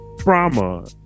trauma